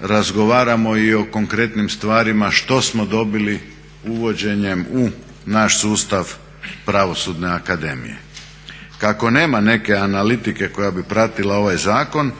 razgovaramo i o konkretnim stvarima što smo dobili uvođenjem u naš sustav Pravosudne akademije. Kako nema neke analitike koja bi pratila ovaj zakon